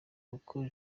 uko